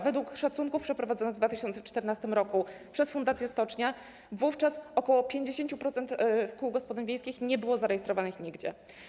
Według szacunków przeprowadzonych w 2014 r. przez Fundację Stocznia ok. 50% kół gospodyń wiejskich nie było zarejestrowanych nigdzie.